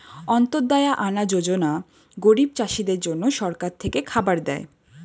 অন্ত্যদায়া আনা যোজনা গরিব চাষীদের জন্য সরকার থেকে খাবার দেয়